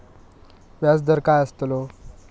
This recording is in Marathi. व्याज दर काय आस्तलो?